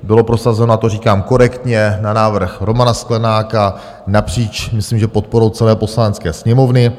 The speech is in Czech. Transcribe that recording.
Bylo prosazeno, a to říkám korektně, na návrh Romana Sklenáka napříč, myslím, podporou celé Poslanecké sněmovny.